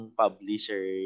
publisher